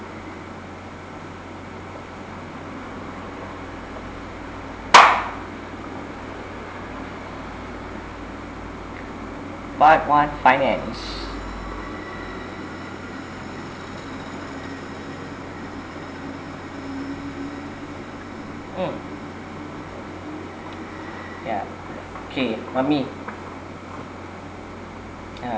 part one finance mm yeah okay mummy yeah